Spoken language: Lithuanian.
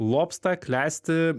lobsta klesti